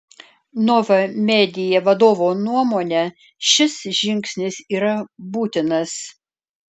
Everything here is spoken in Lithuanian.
nova media vadovo nuomone šis žingsnis yra būtinas